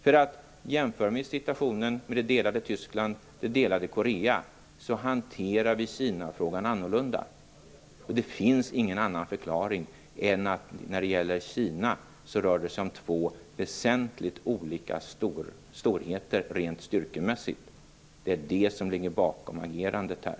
Om man jämför med situationen i det delade Tyskland och det delade Korea, ser man att vi hanterar Kinafrågan annorlunda. Det finns ingen annan förklaring än att det rör sig om två olika storheter rent styrkemässigt. Det är det som ligger bakom agerandet här.